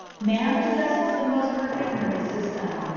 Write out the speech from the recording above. man possesses the most perfect nervous system,